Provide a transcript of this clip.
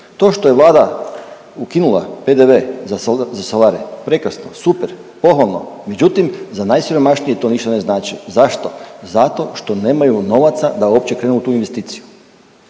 To što je Vlada ukinula PDV za solare, prekrasno, super, pohvalno. Međutim, za najsiromašnije to ništa ne znači. Zašto? Zato što nemaju novaca da uopće krenu u tu investiciju